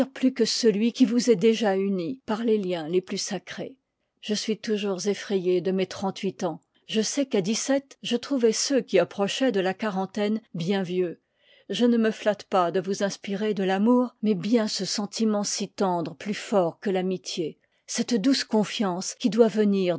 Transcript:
plus que celui qui vous est déjà uni par les liens les plus sacrés je suis toujours effraye h part j de mes trente-huit ans je sais qu'à dix liv i sept je trouvois ceux qui approchoient de la quarantaine bien vieux je ne me flatte pas de vous inspirer de l'amour mais bien ce sentiment si tendre plus fort que l'amitié cette douce confiance qui doit venir